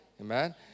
Amen